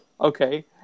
Okay